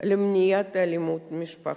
למניעת אלימות במשפחה,